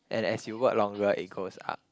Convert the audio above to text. and as you work longer it goes up